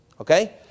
Okay